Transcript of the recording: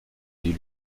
dit